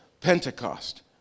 Pentecost